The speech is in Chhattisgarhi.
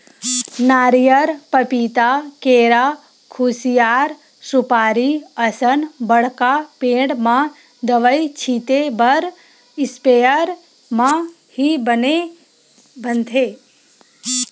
नरियर, पपिता, केरा, खुसियार, सुपारी असन बड़का पेड़ म दवई छिते बर इस्पेयर म ही बने बनथे